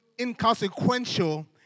inconsequential